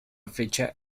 fecha